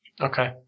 Okay